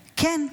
כן,